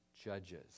judges